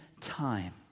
time